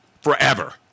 forever